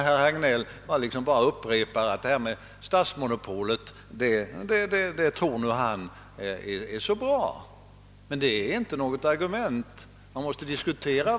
Detta är väl ett nytt utslag av det fördelningstänkande som är så karakteristiskt för svensk socialdemokrati sedan många årtionden.